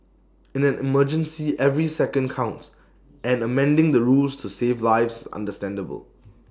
in an emergency every second counts and amending the rules to save lives is understandable